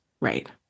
Right